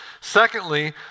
Secondly